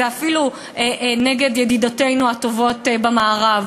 ואפילו נגד ידידותינו הטובות במערב.